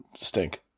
stink